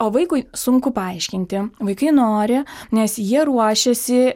o vaikui sunku paaiškinti vaikai nori nes jie ruošiasi